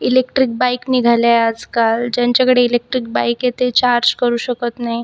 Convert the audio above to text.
electric bike निघाल्या आहे आजकाल ज्यांच्याकडे इलेक्ट्रिक बाईक आहे ते चार्ज करू शकत नाही